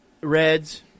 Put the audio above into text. reds